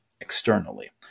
externally